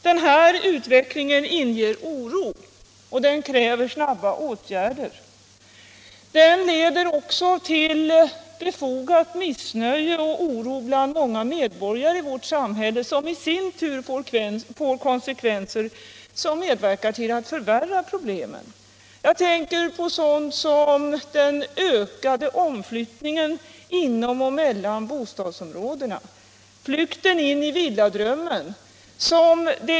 Den här utvecklingen inger oro, och den kräver snara åtgärder. Den leder också till befogat missnöje och oro bland många medborgare i vårt samhälle, vilket i sin tur får konsekvenser som medverkar till att förvärra problemen. Jag tänker exempelvis på ökningen av omflyttningen inom och mellan bostadsområdena, och på flykten in i villadrömmen.